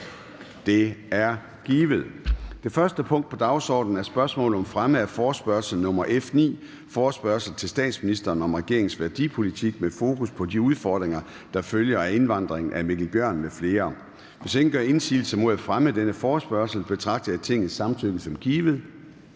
Det er givet. --- Det første punkt på dagsordenen er: 1) Spørgsmål om fremme af forespørgsel nr. F 9: Forespørgsel til statsministeren om regeringens værdipolitik med fokus på de udfordringer, der følger af indvandringen. Af Mikkel Bjørn (DF) m.fl. (Anmeldelse 05.11.2024). Kl. 10:01 Formanden (Søren Gade): Hvis ingen gør indsigelse mod fremme af denne forespørgsel, betragter jeg Tingets samtykke som givet.